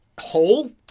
hole